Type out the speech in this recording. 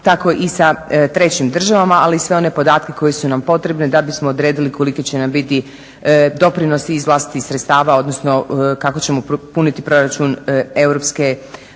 tako i sa trećim državama, ali i sve one podatke koji su nam potrebni da bismo odredili koliki će nam biti doprinosi iz vlastitih sredstava, odnosno kako ćemo puniti proračun Europske